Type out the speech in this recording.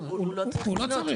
הוא לא צריך,